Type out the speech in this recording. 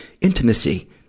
intimacy